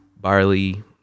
barley